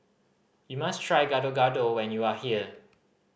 you must try Gado Gado when you are here